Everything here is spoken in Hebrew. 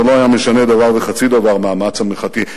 זה לא היה משנה דבר וחצי דבר מהמאמץ המלחמתי.